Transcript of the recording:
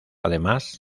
además